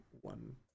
one